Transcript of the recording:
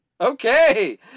Okay